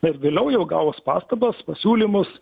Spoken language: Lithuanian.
na ir vėliau jau gavus pastabas pasiūlymus